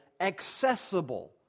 accessible